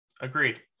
agreed